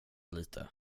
lite